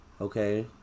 okay